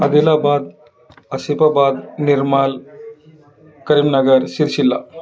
Adilabad Asifabad Nirmal Karimnagar Sircilla